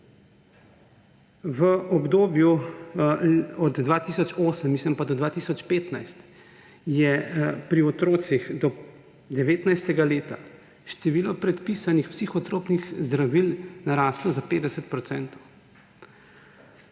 V obdobju od 2008 do 2015 je pri otrocih do 19. leta število predpisanih psihotropnih zdravil narastlo za 50